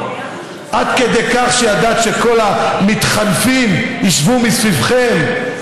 עד כדי כך שידעת שכל המתחנפים ישבו מסביבכם,